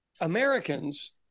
Americans